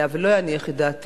ואם לא יניח את דעתי,